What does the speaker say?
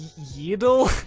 yy. ydell?